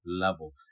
level